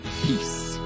peace